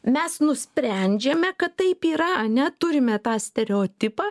mes nusprendžiame kad taip yra ar ne turime tą stereotipą